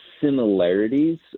similarities